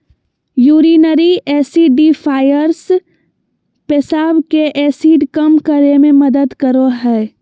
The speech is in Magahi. यूरिनरी एसिडिफ़ायर्स पेशाब के एसिड कम करे मे मदद करो हय